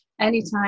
Anytime